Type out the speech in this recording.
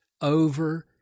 over